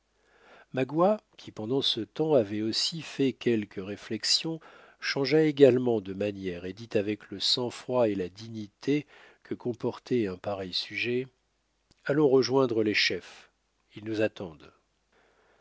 magua qui pendant ce temps avait aussi fait quelques réflexions changea également de manières et dit avec le sangfroid et là dignité que comportait un pareil sujet allons rejoindre les chefs ils nous attendent